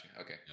Okay